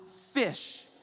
fish